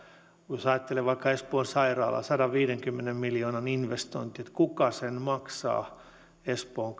jos ajattelee vaikka espoon sairaalan sadanviidenkymmenen miljoonan investointia kuka sen lopulta maksaa espoon